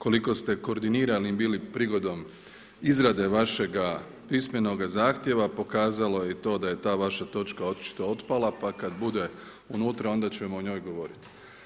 Koliko ste koordinirani bili prigodom izrade vašega pismenoga zahtjeva, pokazalo je to da je ta vaša točka očito otpala pa kad bude unutra, onda ćemo o njoj govoriti.